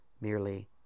merely